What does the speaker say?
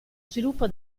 sviluppo